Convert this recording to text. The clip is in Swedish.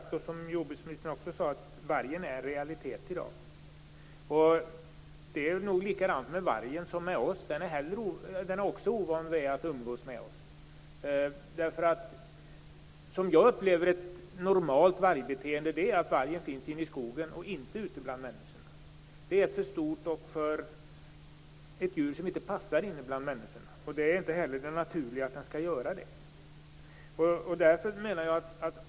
Vargen är en realitet i dag. Det är likadant med vargen som med oss, dvs. den är ovan vid att umgås med oss. Ett normalt vargbeteende är att den finns i skogen och inte bland människor. Det är ett djur som inte passar bland människor. Det är inte heller naturligt att vargen skall göra det.